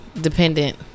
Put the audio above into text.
Dependent